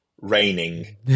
raining